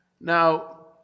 Now